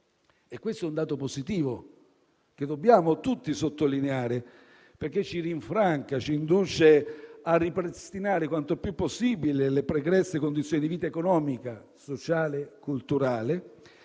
e questo è un dato positivo che dobbiamo tutti sottolineare perché ci rinfranca e ci induce a ripristinare quanto più possibile le pregresse condizioni di vita economica, sociale e culturale